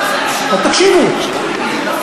אבל מה הקשר לזוגות מאותו מין?